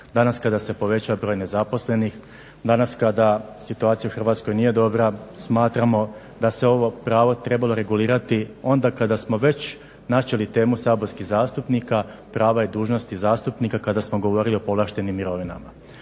Danas kada se povećava broj nezaposlenih, danas kada situacija u Hrvatskoj nije dobra smatramo da se ovo pravo trebalo regulirati onda kada smo već načeli temu saborskih zastupnika prava i dužnosti zastupnika kada smo govorili o povlaštenim mirovinama.